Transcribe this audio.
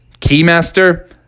Keymaster